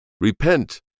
Repent